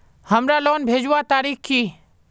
हमार लोन भेजुआ तारीख की?